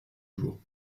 jours